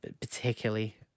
particularly